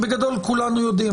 ובגדול כולנו יודעים,